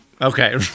Okay